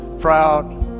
proud